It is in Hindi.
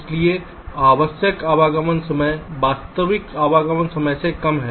इसलिए आवश्यक आगमन समय वास्तविक आगमन समय से कम है